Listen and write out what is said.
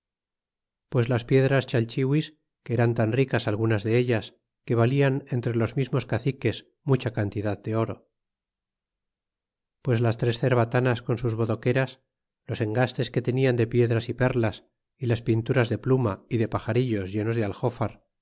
pues las piedras chalchihuis que eran tan ricas algunas del as que vallan entre los mismos caciques mucha cantidad de oro pues las tres cerbatanas con sus bodoqueras los engastes que tenian de piedras y perlas y las pinturas de pluma é de paxaritos llenos de aljofar